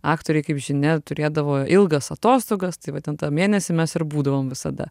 aktoriai kaip žinia turėdavo ilgas atostogas tai va ten tą mėnesį mes ir būdavom visada